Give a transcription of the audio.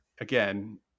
Again